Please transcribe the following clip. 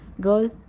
girl